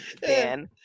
Dan